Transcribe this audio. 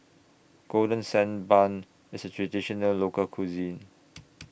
Golden Sand Bun IS A Traditional Local Cuisine